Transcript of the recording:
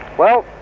well,